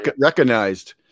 recognized